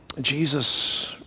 Jesus